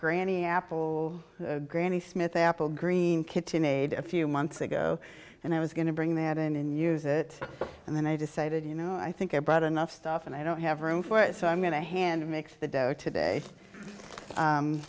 granny apple granny smith apple green kit to made a few months ago and i was going to bring that in and use it and then i decided you know i think i brought enough stuff and i don't have room for it so i'm going to hand make the dow today